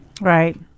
Right